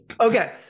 Okay